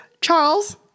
Charles